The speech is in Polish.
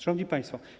Szanowni Państwo!